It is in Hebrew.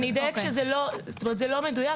זה לא מדויק.